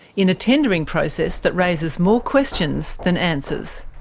in a tendering process that raises more questions than answers.